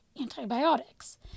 antibiotics